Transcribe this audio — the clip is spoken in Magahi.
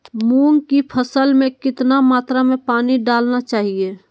मूंग की फसल में कितना मात्रा में पानी डालना चाहिए?